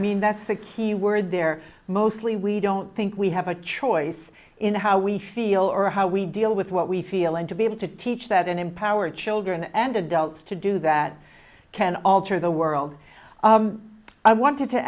mean that's the key word there mostly we don't think we have a choice in how we feel or how we deal with what we feel and to be able to teach that and empower children and adults to do that can alter the world i wanted to